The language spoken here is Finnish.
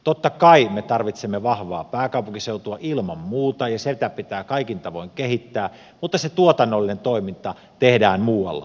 totta kai me tarvitsemme vahvaa pääkaupunkiseutua ilman muuta ja sitä pitää kaikin tavoin kehittää mutta se tuotannollinen toiminta tehdään muualla